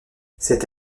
cette